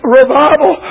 revival